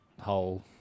whole